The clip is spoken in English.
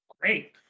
Great